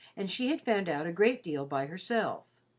and she had found out a great deal by herself.